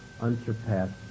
unsurpassed